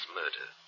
murder